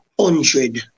hundred